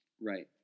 Right